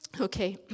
Okay